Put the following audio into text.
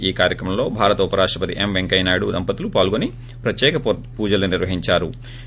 ఈ కార్యక్రమంలో భారత ఉపరాష్టపతి పెంకయ్యనాయుడు దంపతులు పాల్గొని ప్రత్యేక పూజలు నిర్వహించొరు